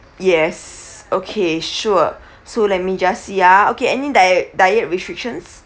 yes okay sure so let me just see ah okay any diet diet restrictions